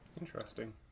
Interesting